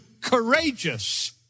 courageous